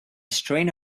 strain